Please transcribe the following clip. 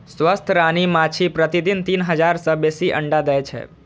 स्वस्थ रानी माछी प्रतिदिन तीन हजार सं बेसी अंडा दै छै